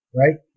right